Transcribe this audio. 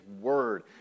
word